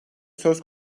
söz